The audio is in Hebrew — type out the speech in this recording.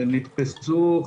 נתפסו,